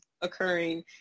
occurring